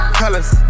colors